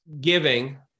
giving